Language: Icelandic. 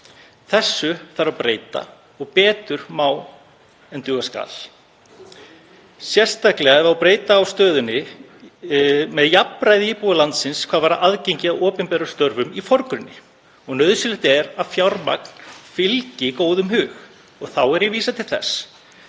Þessu þarf að breyta og betur má ef duga skal, sérstaklega ef breyta á stöðunni með jafnræði íbúa landsins hvað varðar aðgengi að opinberum störfum í forgrunni. Nauðsynlegt er að fjármagn fylgi góðum hug. Þá er ég vísa til þess